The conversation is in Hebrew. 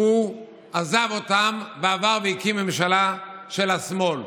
והוא עזב אותם, עבר והקים ממשלה של השמאל.